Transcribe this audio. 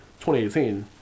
2018